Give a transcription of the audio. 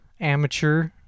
Amateur